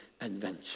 adventure